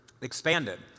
expanded